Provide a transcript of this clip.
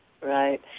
Right